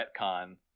retcon